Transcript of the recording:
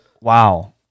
wow